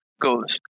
goes